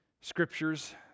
Scriptures